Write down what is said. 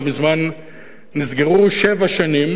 לא מזמן נסגרו שבע שנים